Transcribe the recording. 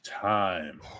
time